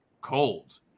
cold